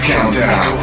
Countdown